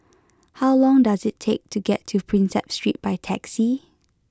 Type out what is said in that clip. how long does it take to get to Prinsep Street by taxi